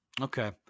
Okay